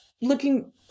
looking